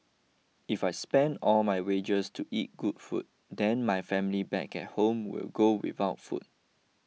if I spend all my wages to eat good food then my family back at home will go without food